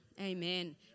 Amen